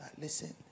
Listen